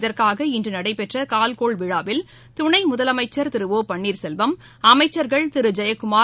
இதற்காக இன்று நடைபெற்ற கால்கோள் விழாவில் துணை முதலமைச்சர் திரு ஓ பன்னீர்செல்வம் அமைச்சர்கள் திரு ஜெயக்குமார்